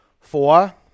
Four